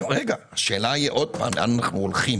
השאלה לאן אנחנו הולכים.